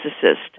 physicist